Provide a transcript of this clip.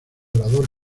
orador